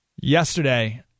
Yesterday